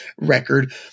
record